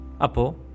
Apo